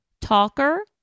Talker